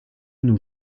nos